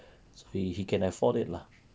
he he can afford it lah